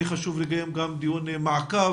יהיה חשוב לקיים גם דיון מעקב.